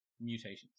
mutations